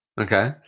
Okay